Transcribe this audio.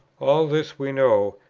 all this we know,